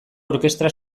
orkestra